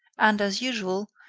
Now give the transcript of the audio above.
and, as usual,